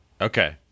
Okay